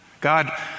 God